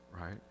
Right